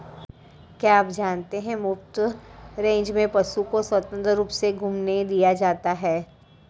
क्या आप जानते है मुफ्त रेंज में पशु को स्वतंत्र रूप से घूमने दिया जाता है?